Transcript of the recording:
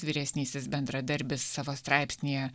vyresnysis bendradarbis savo straipsnyje